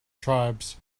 tribes